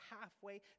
halfway